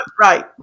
Right